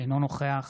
אינו נוכח